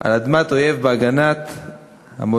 על אדמת אויב בהגנת המולדת.